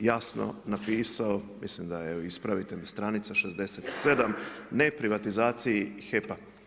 jasno napisao, mislim da je, ispravite stranica 67 ne privatizaciji HEP-a.